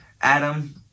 Adam